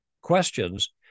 questions